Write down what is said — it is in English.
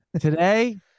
Today